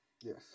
Yes